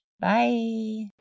Bye